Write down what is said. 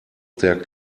their